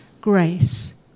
grace